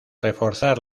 reforzar